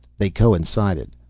they coincided.